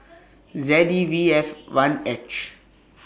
Z E V F one H